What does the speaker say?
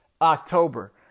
october